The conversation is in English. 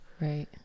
right